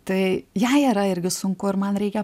tai jai yra irgi sunku ir man reikia